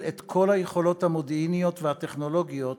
את כל היכולות המודיעיניות והטכנולוגיות